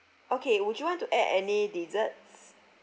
okay would you want to add any desserts